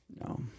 No